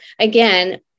again